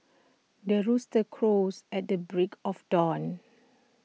the rooster crows at the break of dawn